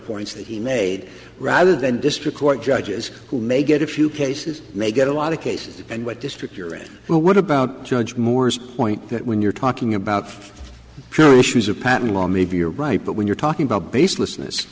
points that he made rather than district court judges who may get a few cases may get a lot of cases and what district you're it but what about judge moore's point that when you're talking about pure issues of patent law maybe you're right but when you're talking about baseless n'est that's